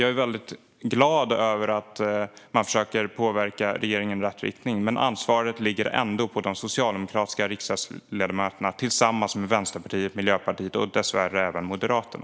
Jag är naturligtvis glad över att man försöker påverka regeringen i rätt riktning, men ansvaret ligger ändå på de socialdemokratiska riksdagsledamöterna tillsammans med Vänsterpartiet, Miljöpartiet och dessvärre även Moderaterna.